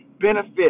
benefit